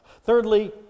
Thirdly